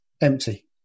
empty